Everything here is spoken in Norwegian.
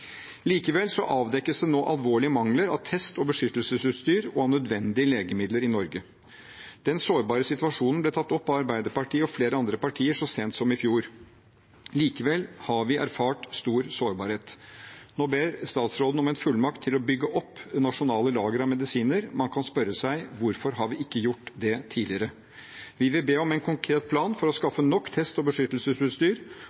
Likevel avdekkes det nå en alvorlig mangel på test- og beskyttelsesutstyr og nødvendige legemidler i Norge. Den sårbare situasjonen ble tatt opp av Arbeiderpartiet og flere andre partier så sent som i fjor. Likevel har vi erfart stor sårbarhet. Nå ber statsråden om en fullmakt til å bygge opp nasjonale lagre av medisiner. Man kan spørre seg: Hvorfor har vi ikke gjort det tidligere? Vi vil be om en konkret plan for å